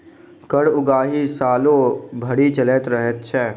कर उगाही सालो भरि चलैत रहैत छै